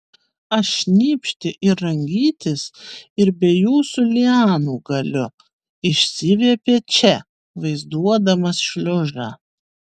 aš šnypšti ir rangytis ir be jūsų lianų galiu išsiviepė če vaizduodamas šliužą